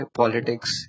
politics